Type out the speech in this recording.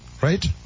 right